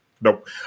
nope